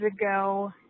ago